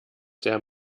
der